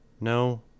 No